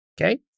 okay